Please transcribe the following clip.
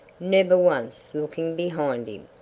never once looking behind him.